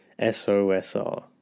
SOSR